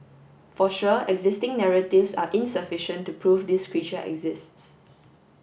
for sure existing narratives are insufficient to prove this creature exists